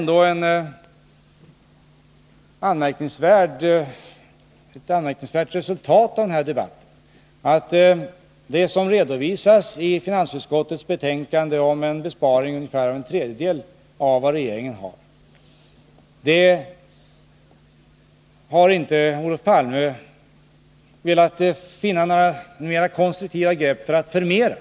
Det är ett anmärkningsvärt resultat av denna debatt att Olof Palme inte har velat ta några mer konstruktiva grepp för att förmera den i reservation 1 redovisade besparingen på ungefär hälften av vad regeringen föreslår.